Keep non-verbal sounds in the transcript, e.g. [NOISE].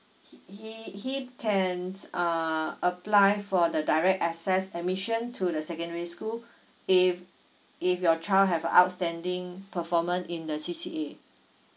he he he can uh apply for the direct access admission to the secondary school [BREATH] if if your child have outstanding performance in the C_C_A